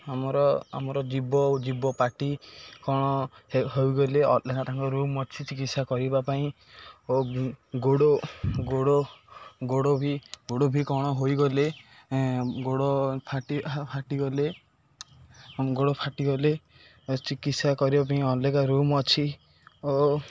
ଆମର ଆମର ଜୀଭ ଓ ଜୀଭ ପାଟି କ'ଣ ହୋଇଗଲେ ଅଲଗା ତାଙ୍କ ରୁମ୍ ଅଛି ଚିକିତ୍ସା କରିବା ପାଇଁ ଓ ଗୋଡ଼ ଗୋଡ଼ ଗୋଡ଼ ବି ଗୋଡ଼ ବି କ'ଣ ହୋଇଗଲେ ଗୋଡ଼ ଫାଟି ଫାଟିଗଲେ ଗୋଡ଼ ଫାଟିଗଲେ ଚିକିତ୍ସା କରିବା ପାଇଁ ଅଲଗା ରୁମ୍ ଅଛି ଓ